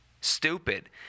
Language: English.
Stupid